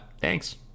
Thanks